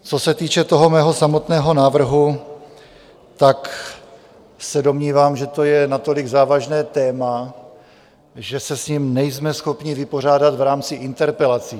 Co se týče mého samotného návrhu, tak se domnívám, že to je natolik závažné téma, že se s ním nejsme schopni vypořádat v rámci interpelací.